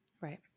Right